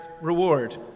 reward